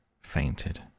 fainted